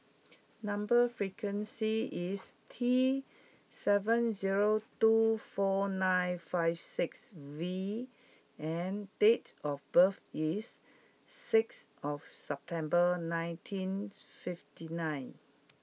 number sequence is T seven zero two four nine five six V and date of birth is six September nineteen fifty nine